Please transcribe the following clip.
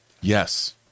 Yes